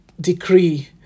decree